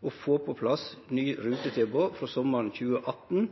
å få på plass nye rutetilbod for sommaren 2018,